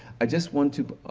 i just want to